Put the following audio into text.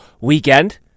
weekend